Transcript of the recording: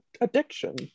addiction